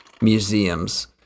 museums